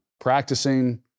practicing